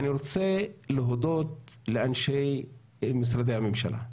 ואני רוצה להודות לאנשי משרדי הממשלה,